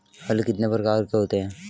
हल कितने प्रकार के होते हैं?